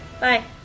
Bye